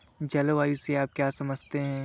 जलवायु से आप क्या समझते हैं?